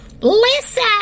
listen